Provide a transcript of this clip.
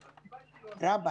רבים.